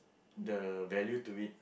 the value to it